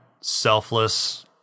selfless